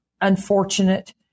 unfortunate